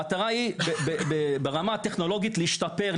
המטרה היא ברמה הטכנולוגית להשתפר,